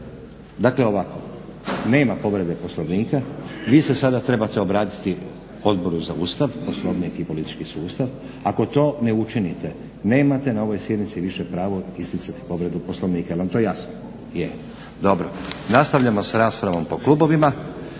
dakle ovako nema povrede Poslovnika, vi se sada trebate obratiti Odboru za Ustav, Poslovnik i politički sustav ako to ne učinite nemate na ovoj sjednici više pravo isticati povredu Poslovnika, jel vam to jasno? Je, dobro. Nastavljamo s raspravom po klubovima